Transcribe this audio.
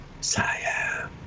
Siam